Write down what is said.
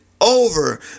over